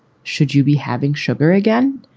should you be having sugar again?